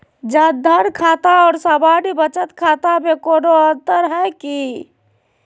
जन धन खाता और सामान्य बचत खाता में कोनो अंतर है की?